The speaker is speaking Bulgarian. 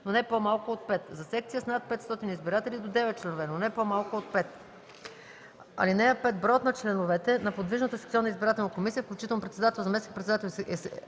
но не по-малко от 5; 2. за секции с над 500 избиратели – до 9 членове, но не по-малко от 5. (5) Броят на членовете на подвижната секционна избирателна комисия, включително председател, заместник-председател